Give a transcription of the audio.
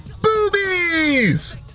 Boobies